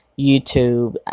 youtube